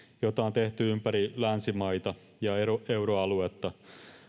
jota on tehty ympäri länsimaita ja euroaluetta